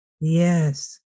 Yes